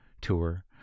tour